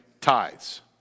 tithes